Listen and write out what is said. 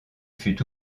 fut